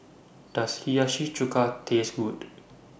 Does Hiyashi Chuka Taste Good